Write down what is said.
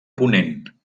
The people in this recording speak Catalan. ponent